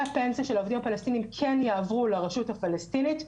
הפנסיה של העובדים הפלסטינים כן יעברו לרשות הפלסטינית.